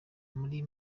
muri